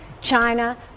China